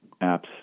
apps